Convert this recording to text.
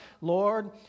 Lord